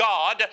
God